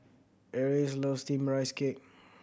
Eris loves Steamed Rice Cake